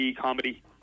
comedy